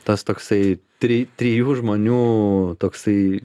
tas toksai tri trijų žmonių toksai